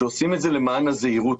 שעושים את זה למען הזהירות,